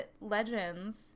legends